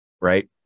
right